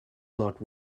lot